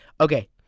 Okay